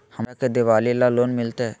हमरा के दिवाली ला लोन मिलते?